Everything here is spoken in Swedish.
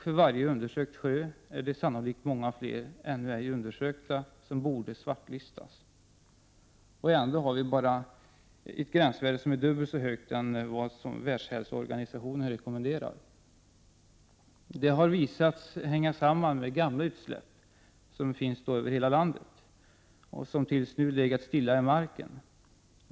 För varje undersökt sjö är det sannolikt många fler ännu ej undersökta som borde svartlistas. Ändå har vi ett gränsvärde som är dubbelt så högt som Världshälsoorganisationen rekommenderar. Detta har visat sig hänga samman med gamla utsläpp, som finns över hela landet. De har tills nu legat stilla i marken.